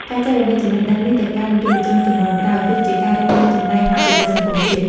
ការចែករំលែកចំណេះដឹងនេះទៅកាន់យុវជនជំនាន់ក្រោយគឺជាការរួមចំណែកអភិវឌ្ឍសង្គមជាតិ។